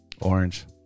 Orange